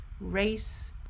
race